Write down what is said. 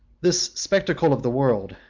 this spectacle of the world,